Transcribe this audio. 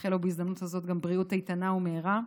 ונאחל לו בהזדמנות הזאת גם בריאות איתנה ומהירה.